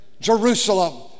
Jerusalem